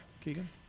Keegan